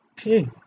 Okay